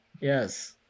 Yes